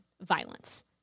violence